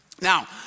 Now